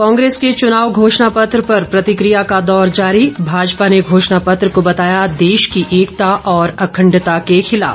कांग्रेस के चुनाव घोषणापत्र पर प्रतिक्रिया का दौर जारी भाजपा ने घोषणापत्र को बताया देश की एकता और अखंडता के खिलाफ